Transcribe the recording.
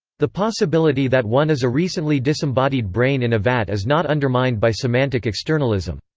the possibility that one is a recently disembodied brain in a vat is not undermined by semantic externalism.